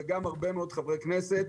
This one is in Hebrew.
וגם הרבה מאוד חברי כנסת,